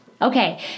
Okay